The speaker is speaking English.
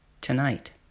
tonight